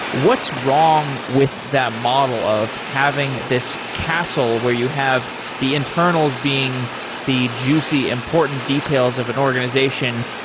what's wrong with that model of having this castle where you have the internals being the juicy important details of an organization,